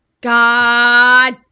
God